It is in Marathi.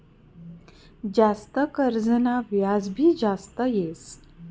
जास्त कर्जना व्याज भी जास्त येस